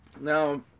Now